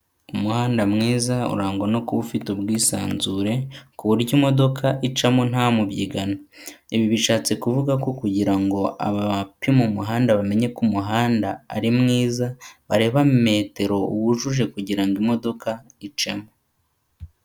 Umuhanda mwiza urangwa no kuba ufite ubwisanzure ku buryo imodoka icamo nta mubyigano, ibi bishatse kuvuga ko kugira ngo abapima umuhanda bamenye ko umuhanda ari mwiza, bareba metero wujuje kugira ngo imodoka icemo.